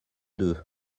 deux